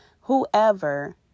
whoever